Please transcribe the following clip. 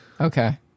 Okay